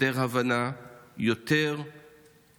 יותר הבנה, יותר